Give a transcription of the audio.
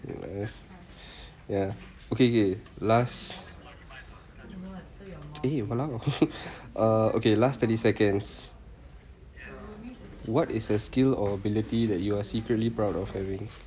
ya okay okay last eh !walao! uh okay last thirty seconds what is a skill or ability that you are secretly proud of having